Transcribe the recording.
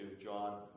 John